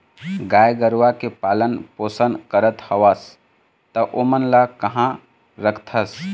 गाय गरुवा के पालन पोसन करत हवस त ओमन ल काँहा रखथस?